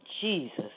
Jesus